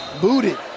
Booted